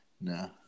No